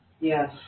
Yes